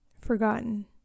forgotten